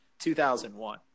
2001